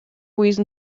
reason